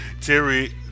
Terry